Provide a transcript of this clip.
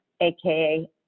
aka